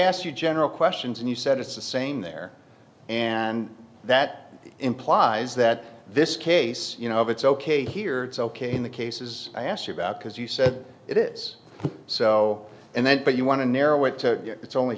asked you general questions and you said it's the same there and that implies that this case you know of it's ok here it's ok in the cases i asked you about because you said it is so and then but you want to narrow it to it's only